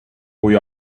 kui